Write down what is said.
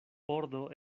ordo